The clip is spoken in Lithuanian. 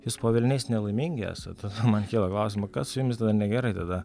jūs po velniais nelaimingi esat tada man kyla klausima kas su jumis negerai tada